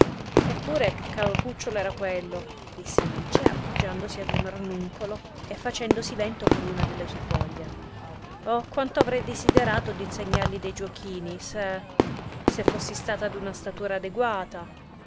eppure che caro cucciolo era quello disse alice appoggiandosi a un ranuncolo e facendosi vento con una delle sue foglie oh quanto avrei desiderato d'insegnargli dei giuocolini se se fossi stata d'una statura adeguata